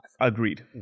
Agreed